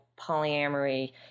polyamory